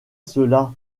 cela